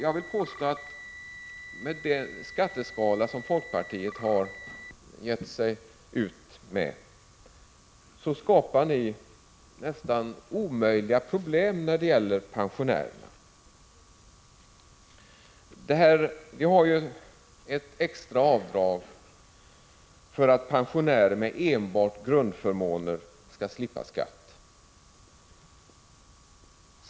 Jag vill påstå att med den skatteskala som folkpartiet har föreslagit skapar ni nästan omöjliga problem när det gäller pensionärerna. Det finns ju i ert förslag ett extra avdrag för att pensionärer med enbart grundförmåner skall slippa skatt.